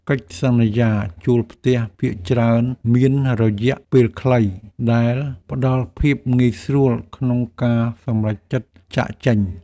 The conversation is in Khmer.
កិច្ចសន្យាជួលផ្ទះភាគច្រើនមានរយៈពេលខ្លី ដែលផ្តល់ភាពងាយស្រួលក្នុងការសម្រេចចិត្តចាកចេញ។